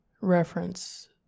reference